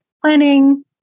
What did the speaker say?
planning